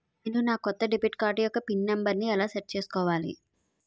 నేను నా కొత్త డెబిట్ కార్డ్ యెక్క పిన్ నెంబర్ని ఎలా సెట్ చేసుకోవాలి?